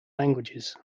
languages